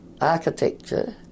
architecture